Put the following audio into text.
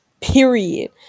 Period